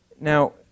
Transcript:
Now